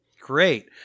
Great